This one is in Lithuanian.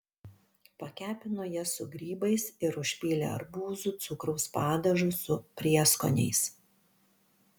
pakepino jas su grybais ir užpylė arbūzų cukraus padažu su prieskoniais